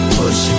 push